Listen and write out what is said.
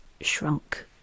shrunk